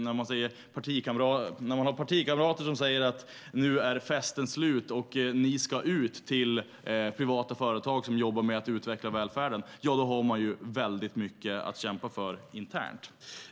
När man har partikamrater som säger "festen är slut, nu ska ni ut" till privata företag som jobbar med att utveckla välfärden har man mycket att kämpa för internt.